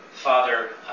Father